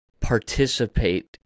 participate